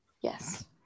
Yes